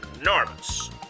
enormous